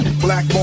black